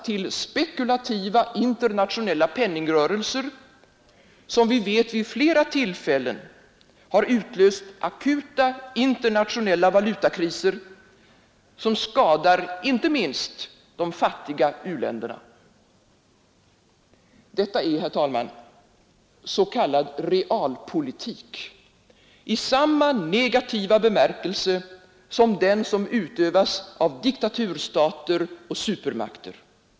till spekulativa internationella penningrörelser, som vi vet vid flera tillfällen har utlöst akuta internationella valutakriser som skadar inte minst de fattiga u-länderna. Detta är, herr talman, s.k. realpolitik i samma negativa bemärkelse som den som utövas av diktaturstater och supermakter.